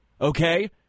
Okay